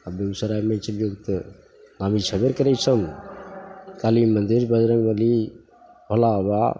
आओर बेगुसरायमे चलिऔ तऽ आमी छेबे करै सब काली मन्दिर बजरङ्गबली भोलाबाबा